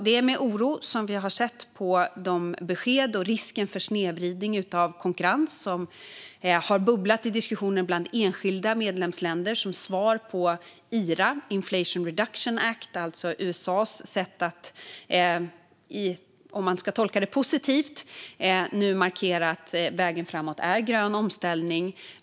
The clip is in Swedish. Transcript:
Det är med oro vi har sett på de besked och den risk för snedvridning av konkurrens som har bubblat i diskussionen bland enskilda medlemsländer som svar på IRA. Inflation Reduction Act är USA:s sätt att - om man ska tolka det positivt - nu markera att vägen framåt är grön omställning.